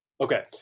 Okay